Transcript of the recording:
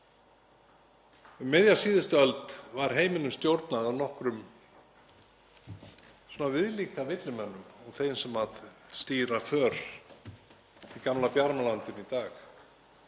Um miðja síðustu öld var heiminum stjórnað af nokkrum svona viðlíka villimönnum og þeim sem stýra för í gamla Bjarmalandinu í dag.